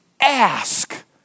Ask